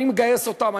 אני מגייס אותם,